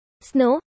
snow